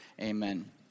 amen